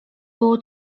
było